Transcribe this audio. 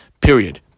Period